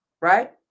right